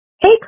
Hey